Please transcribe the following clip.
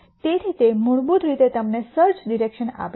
તેથી તે મૂળભૂત રીતે તમને સર્ચ ડિરેકશન આપે છે